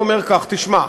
הוא אומר כך: תשמע,